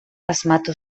asmatu